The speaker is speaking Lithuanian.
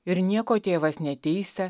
ir nieko tėvas neteisia